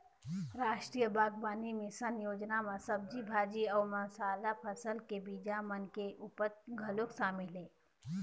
रास्टीय बागबानी मिसन योजना म सब्जी भाजी अउ मसाला फसल के बीजा मन के उपज घलोक सामिल हे